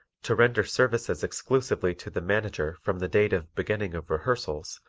to render services exclusively to the manager from the date of beginning of rehearsals,